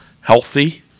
healthy